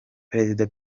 prezida